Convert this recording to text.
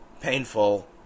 painful